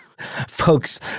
folks